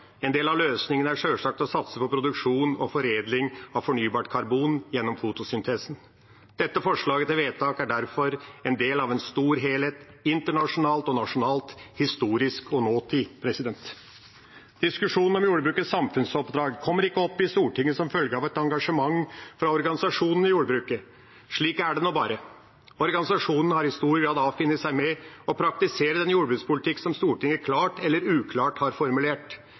En del av løsningen er sjølsagt å satse på produksjon og foredling av fornybart karbon gjennom fotosyntesen. Dette forslaget til vedtak er derfor en del av en stor helhet – internasjonalt og nasjonalt, historisk og i nåtid. Diskusjonen om jordbrukets samfunnsoppdrag kommer ikke opp i Stortinget som følge av et engasjement fra organisasjonene i jordbruket. Slik er det nå bare, organisasjonene har i stor grad avfunnet seg med å praktisere den jordbrukspolitikken som Stortinget, klart eller uklart, har formulert.